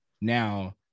now